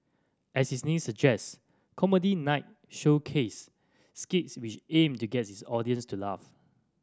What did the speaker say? as its name suggest Comedy Night showcased skits which aimed to get its audience to laugh